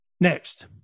Next